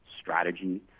strategy